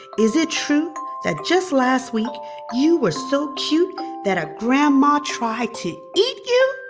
is it true that just last week you were so cute that a grandma tried to eat you?